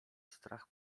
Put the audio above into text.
strach